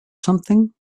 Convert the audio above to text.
something